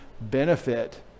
Benefit